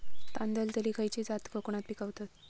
तांदलतली खयची जात कोकणात पिकवतत?